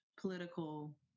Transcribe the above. political